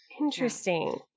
Interesting